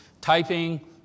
Typing